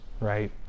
right